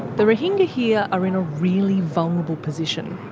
the rohingya here are in a really vulnerable position.